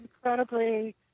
incredibly